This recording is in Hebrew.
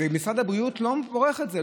משרד הבריאות לא מפריך את זה,